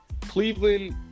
Cleveland